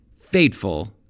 fateful